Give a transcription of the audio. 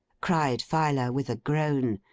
cried filer, with a groan.